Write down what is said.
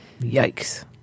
Yikes